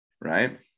right